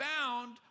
found